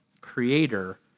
creator